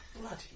Bloody